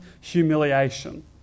humiliation